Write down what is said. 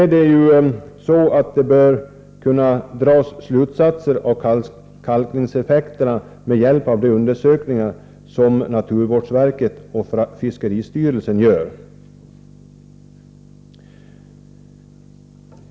Emellertid bör det ju kunna dras slutsatser om kalkningseffekterna med hjälp av de undersökningar som naturvårdsverket och fiskeristyrelsen gör.